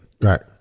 Right